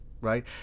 right